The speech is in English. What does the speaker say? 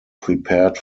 prepared